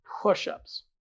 push-ups